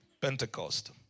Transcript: Pentecost